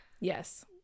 Yes